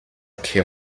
care